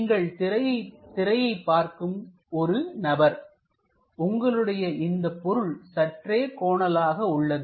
நீங்கள் திரையை பார்க்கும் ஒரு நபர்உங்களுக்கு இந்தப் பொருள் சற்றே கோணலாக உள்ளது